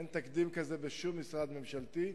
אין תקדים כזה בשום משרד ממשלתי,